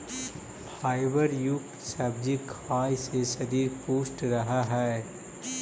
fibre युक्त सब्जी खाए से शरीर पुष्ट रहऽ हइ